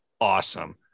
awesome